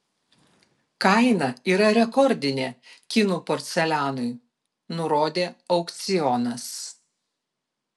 kaina yra rekordinė kinų porcelianui nurodė aukcionas